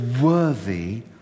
worthy